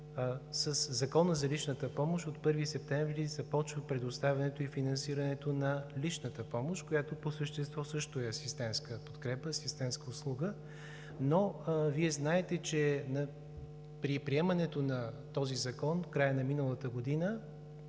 Закона за личната помощ от 1 септември започва предоставянето и финансирането на личната помощ, която по същество също е асистентска подкрепа, асистентска услуга. Вие знаете, че при приемането на този закон в края на миналата година,